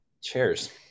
Cheers